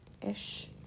ish